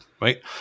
right